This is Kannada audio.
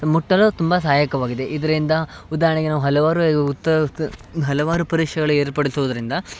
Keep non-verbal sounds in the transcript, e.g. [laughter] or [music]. ಮುಟ್ಟಲು ತುಂಬ ಸಹಾಯಕವಾಗಿದೆ ಇದರಿಂದ ಉದಾಹರ್ಣೆಗೆ ನಾವು ಹಲವಾರು [unintelligible] ಉತ್ತರ ಉತ್ತ ಹಲವಾರು ಪರೀಕ್ಷೆಗಳು ಏರ್ಪಡಿಸೋದರಿಂದ